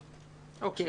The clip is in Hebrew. אוקיי.